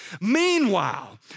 Meanwhile